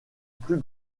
plus